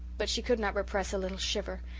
but she could not repress a little shiver,